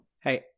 hey